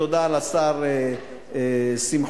תודה לשר שמחון,